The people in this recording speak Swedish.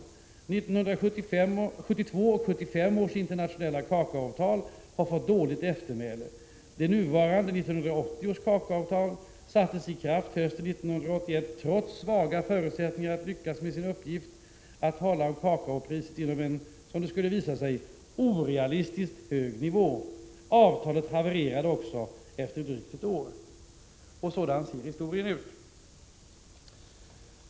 1972 och 1975 års internationella kakaoavtal har fått dåligt eftermäle. Det nuvarande, 1980 års kakaoavtal, sattes i kraft hösten 1981 trots svaga förutsättningar att lyckas med sin uppgift, att hålla kakaopriset inom en — som det skulle visa sig — orealistiskt hög nivå. Avtalet havererade också efter drygt ett år.” Sådan ser historien ut.